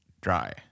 dry